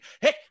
Hey